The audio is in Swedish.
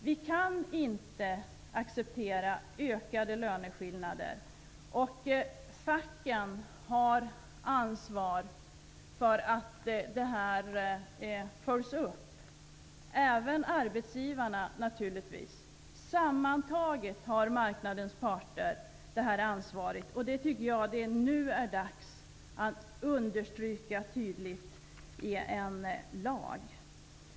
Vi kan inte acceptera ökade löneskillnader. Facken, och även arbetsgivarna naturligtvis, har ansvar för att detta följs upp. Sammantaget har marknadens parter det här ansvaret, och det tycker jag att det nu är dags att understryka tydligt i lag.